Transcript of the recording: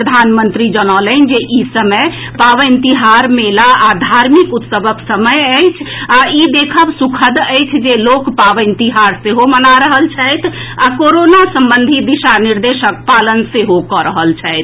प्रधानमंत्री जनौलनि जे ई समय पावनि तिहार मेला आ धार्मिक उत्सवक समय अछि आ ई देखब सुखद अछि जे लोक पावनि तिहार सेहो मना रहल छथि आ कोरोना संबंधी दिशा निर्देशक पालन सेहो कऽ रहल छथि